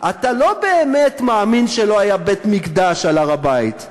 אתה לא באמת מאמין שלא היה בית-מקדש על הר-הבית,